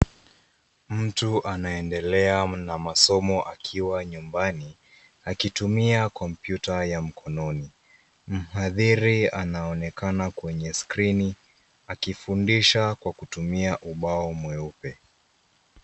Mtu anaendelea na masomo akiwa nyumbani, akitumia kompyuta ya mkononi. Mhathiri anaonekana kwenye skrini, akifundisha kwa kutumia ubao mweupe.